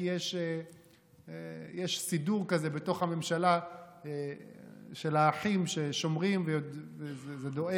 כי יש סידור כזה בתוך הממשלה של האחים ששומרים ודואגים.